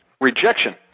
rejection